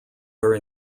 are